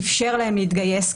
איפשר להן להתגייס,